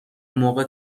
موقع